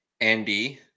Andy